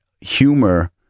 humor